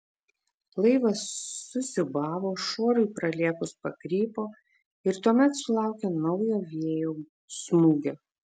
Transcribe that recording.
laivas susiūbavo šuorui pralėkus pakrypo ir tuomet sulaukė naujo vėjo smūgio